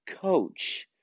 coach